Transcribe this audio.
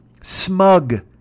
smug